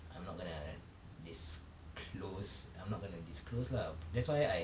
I'm not going to disclose I'm not going to disclose lah that's why I